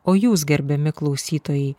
o jūs gerbiami klausytojai